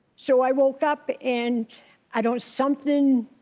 so i woke up and i don't, something,